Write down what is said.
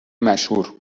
مشهور